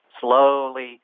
slowly